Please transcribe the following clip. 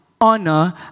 honor